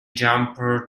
jumper